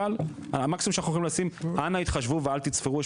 אבל המקסימום שאנחנו יכולים להגיד זה: אנא התחשבו ואל תצפרו,